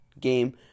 game